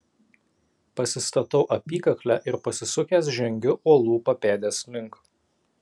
pasistatau apykaklę ir pasisukęs žengiu uolų papėdės link